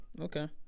Okay